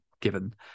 given